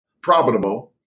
profitable